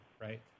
right